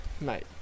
Mate